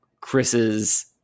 Chris's